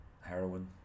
heroin